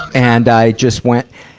and i just went,